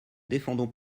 défendons